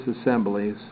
assemblies